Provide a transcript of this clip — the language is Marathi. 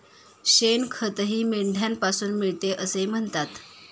शेणखतही मेंढ्यांपासून मिळते असे म्हणतात